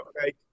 Okay